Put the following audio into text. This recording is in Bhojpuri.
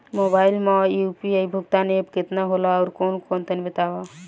मोबाइल म यू.पी.आई भुगतान एप केतना होला आउरकौन कौन तनि बतावा?